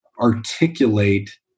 articulate